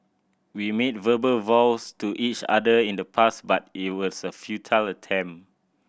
we made verbal vows to each other in the past but it was a futile attempt